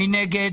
מי נגד?